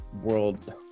world